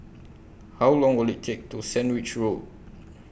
How Long Will IT Take to Sandwich Road